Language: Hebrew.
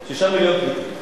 6 מיליון פליטים.